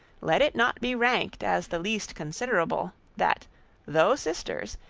let it not be ranked as the least considerable, that though sisters,